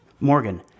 Morgan